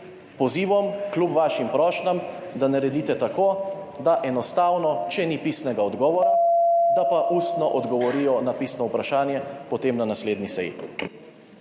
pozivom, kljub vašim prošnjam, da naredite tako, da enostavno, če ni pisnega odgovora, ustno odgovorijo na pisno vprašanje potem na naslednji seji.